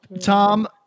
tom